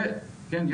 וכן,